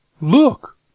Look